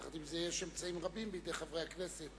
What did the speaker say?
יחד עם זאת, יש אמצעים רבים בידי חברי הכנסת